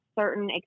certain